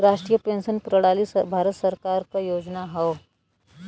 राष्ट्रीय पेंशन प्रणाली भारत सरकार क योजना हौ